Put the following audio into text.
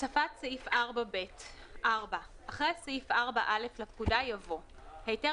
הוספת סעיף 4ב 4. אחרי סעיף 4א לפקודה יבוא: "היתר